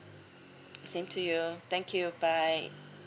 same to you thank you bye